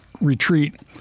retreat